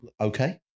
okay